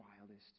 wildest